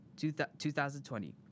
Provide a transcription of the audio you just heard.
2020